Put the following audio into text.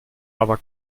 aber